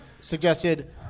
suggested